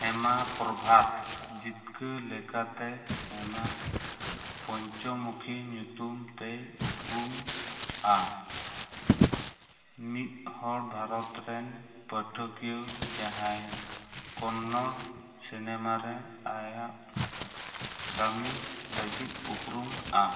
ᱦᱮᱢᱟ ᱯᱨᱚᱵᱷᱟᱛ ᱡᱤᱯᱠᱟᱹ ᱞᱮᱠᱟᱛᱮ ᱦᱮᱢᱟ ᱯᱚᱧᱪᱚᱢᱩᱠᱷᱤ ᱧᱩᱛᱩᱢ ᱛᱮᱭ ᱩᱯᱨᱩᱢᱚᱜᱼᱟ ᱢᱤᱫ ᱦᱚᱲ ᱵᱷᱟᱨᱚᱛ ᱨᱮᱱ ᱯᱟᱴᱷᱚᱠᱤᱭᱟᱹ ᱡᱟᱦᱟᱭ ᱠᱚᱱᱱᱚᱲ ᱥᱤᱱᱮᱢᱟ ᱨᱮ ᱟᱭᱟᱜ ᱠᱟᱹᱢᱤ ᱞᱟᱹᱜᱤᱫ ᱩᱯᱨᱩᱢᱚᱜᱼᱟ